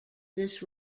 this